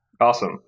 Awesome